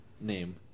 name